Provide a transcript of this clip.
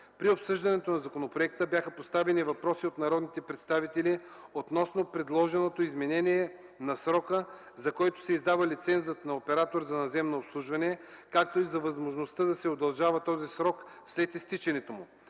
При обсъждането на законопроекта бяха поставени въпроси от народните представители относно предложеното изменение на срока, за който се издава лицензът за оператор по наземно обслужване, както и за възможността да се удължава този срок след изтичането му.